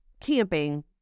camping